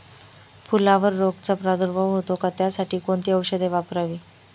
फुलावर रोगचा प्रादुर्भाव होतो का? त्यासाठी कोणती औषधे वापरावी?